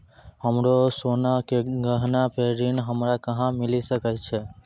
हमरो सोना के गहना पे ऋण हमरा कहां मिली सकै छै?